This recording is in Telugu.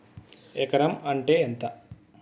ఎకరం అంటే ఎంత?